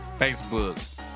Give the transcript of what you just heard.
Facebook